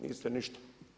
Niste ništa.